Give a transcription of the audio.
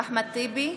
אחמד טיבי,